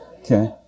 Okay